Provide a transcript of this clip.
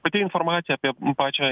pati informacija apie pačią